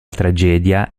tragedia